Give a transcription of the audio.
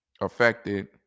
affected